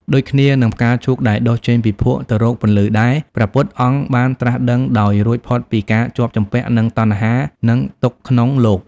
ដូចគ្នានឹងផ្កាឈូកដែលដុះចេញពីភក់ទៅរកពន្លឺដែរ ព្រះពុទ្ធអង្គបានត្រាស់ដឹងដោយរួចផុតពីការជាប់ជំពាក់នឹងតណ្ហា និងទុក្ខក្នុងលោក។